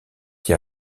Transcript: qui